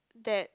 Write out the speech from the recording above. that